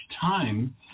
time